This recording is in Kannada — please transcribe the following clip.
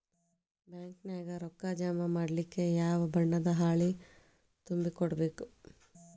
ಬ್ಯಾಂಕ ನ್ಯಾಗ ರೊಕ್ಕಾ ಜಮಾ ಮಾಡ್ಲಿಕ್ಕೆ ಯಾವ ಬಣ್ಣದ್ದ ಹಾಳಿ ತುಂಬಿ ಕೊಡ್ಬೇಕು?